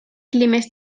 climes